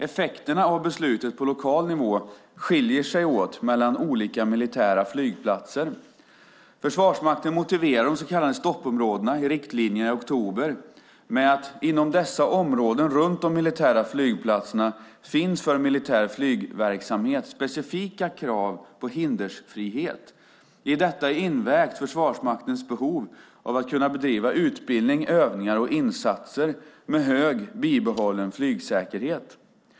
Effekterna av beslutet på lokal nivå skiljer sig mellan olika militära flygplatser. Försvarsmakten motiverar de så kallade stoppområdena i riktlinjerna i oktober med att inom dessa områden runt de militära flygplatserna finns för militär flygverksamhet specifika krav på hinderfrihet. I detta är invägt Försvarsmaktens behov av att kunna bedriva utbildning, övningar och insatser med hög bibehållen flygsäkerhet.